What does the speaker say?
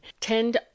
tend